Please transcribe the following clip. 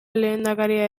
lehendakaria